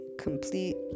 complete